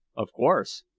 of course.